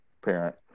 parent